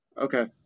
Okay